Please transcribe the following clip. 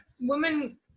Women